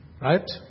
Right